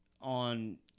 on